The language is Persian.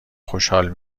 خوشحال